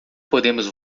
podemos